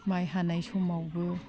माइ हानाय समावबो